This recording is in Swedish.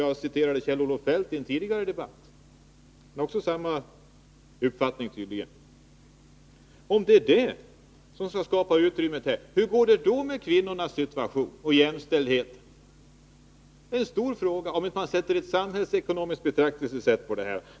Jag citerade Kjell-Olof Feldt i en tidigare debatt, och han har tydligen samma uppfattning. Om det är det som skall skapa utrymmet här, hur går det då med kvinnornas situation och jämställdheten? Det är en stor fråga, om man inte har ett samhällsekonomiskt betraktelsesätt.